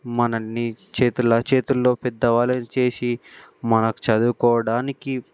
మనల్ని చేతుల చేతుల్లో పెద్ద వాళ్ళను చేసి మనకు చదువుకోవడానికి